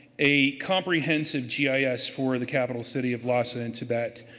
a comprehensive gis for the capital city of lhasa in tibet.